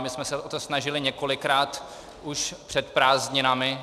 My jsme se o to snažili několikrát už před prázdninami.